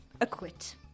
acquit